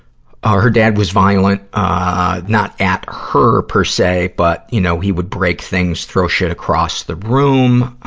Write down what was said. ah her dad was violent, ah, not at her per se. but, you know, he would break things, throw shit across the room.